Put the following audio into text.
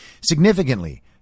Significantly